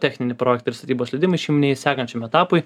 techninį projektą ir statybos leidimą išiminėji sekančiam etapui